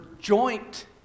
joint